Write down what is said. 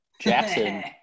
Jackson